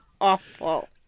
awful